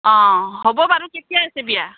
অঁ হ'ব বাৰু কেতিয়া আছে বিয়া